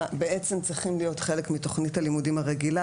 בעצם צריכים להיות חלק מתוכנית הלימודים הרגילה